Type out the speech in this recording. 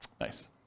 Nice